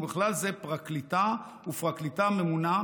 ובכלל זה פרקליטה ופרקליטה ממונה,